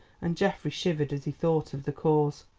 and geoffrey shivered as he thought of the cause.